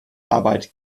arbeit